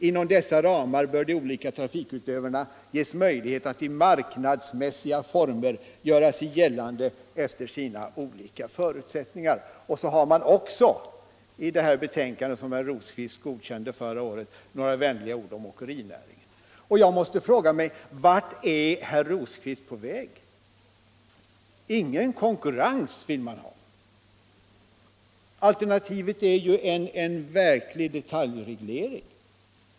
Inom dessa ramar bör de olika trafikutövarna ges möjligheter att i marknadsmässiga former göra sig gällande efter sin olika förutsättningar.” Sedan finns det också i det betänkande som herr Rosqvist godkände förra året några vänliga ord om åkerinäringen. Jag måste fråga mig: Vart är herr Rosqvist på väg? Ingen konkurrens vill ni ha. Alternativet är ju en verklig detaljreglering.